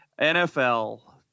NFL